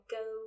go